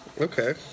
okay